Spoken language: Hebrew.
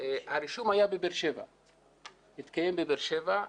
הרישום התקיים בבאר שבע.